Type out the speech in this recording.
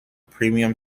premium